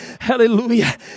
Hallelujah